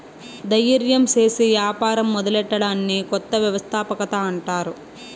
దయిర్యం సేసి యాపారం మొదలెట్టడాన్ని కొత్త వ్యవస్థాపకత అంటారు